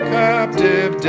captive